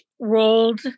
rolled